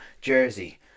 jersey